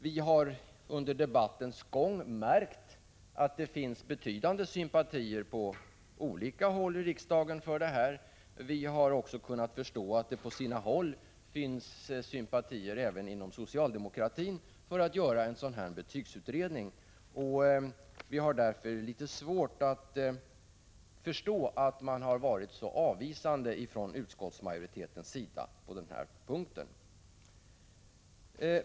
Vi har märkt att det på olika håll i riksdagen, även inom socialdemokratin, finns betydande sympatier för detta förslag. Det är därför litet svårt att förstå att utskottsmajoriteten har varit så avvisande på denna punkt.